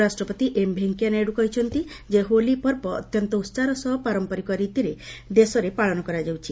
ଉପରାଷ୍ଟ୍ରପତି ଏମ୍ ଭେଙ୍କୟାନାଇଡୁ କହିଛନ୍ତି ଯେ ହୋଲିପର୍ବ ଅତ୍ୟନ୍ତ ଉତ୍ସାହର ସହ ପାରମ୍ପରିକ ରୀତିରେ ଦେଶରେ ପାଳନ କରାଯାଉଛି